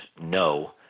no